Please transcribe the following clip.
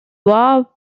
war